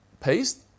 paste